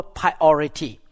priority